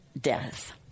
Death